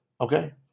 Okay